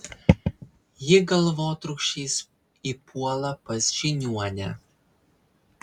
ji galvotrūkčiais įpuola pas žiniuonę